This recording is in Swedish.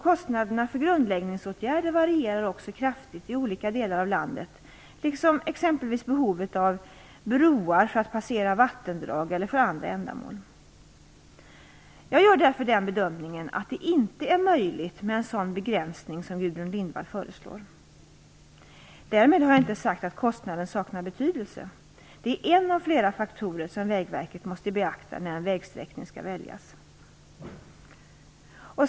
Kostnaderna för grundläggningsåtgärder varierar också kraftigt i olika delar av landet, liksom exempelvis behovet av broar för att passera vattendrag eller för andra ändamål. Jag gör därför den bedömningen att det inte är möjligt med en sådan begränsning som Gudrun Lindvall föreslår. Därmed har jag inte sagt att kostnaden saknar betydelse. Den är en av flera faktorer som Vägverket måste beakta när en vägsträckning skall väljas.